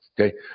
Okay